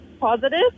positive